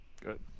Good